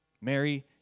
Mary